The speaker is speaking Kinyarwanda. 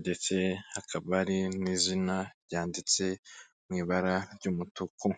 ndetse hakaba hari n'izina ryanditse mu ibara ry'umutuku.